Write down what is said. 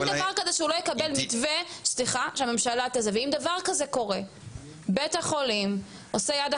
נעמה לזימי (יו"ר הוועדה